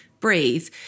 breathe